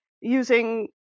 using